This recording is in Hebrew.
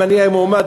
אם אני אהיה מועמד,